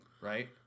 right